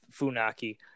Funaki